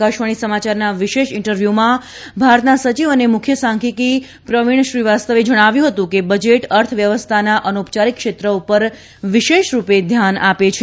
આકાશવાણી સમાચારના વિશેષ ઈન્ટરવ્યુમાં ભારતના સચિવ અને મુખ્ય સાંખીકી પ્રવિણ શ્રીવાસ્તવે જણાવ્યું હતું કે બજેટ અર્થ વ્યવસ્થાના અનૌપચારિક ક્ષેત્ર પર વિશેષ રૂપે ધ્યાન આપે છે